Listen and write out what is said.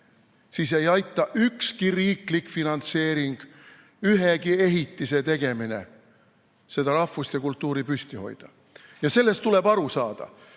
siis ei aita ükski riiklik finantseering, ühegi ehitise tegemine seda rahvust ja kultuuri püsti hoida. Ja sellest tuleb aru saada.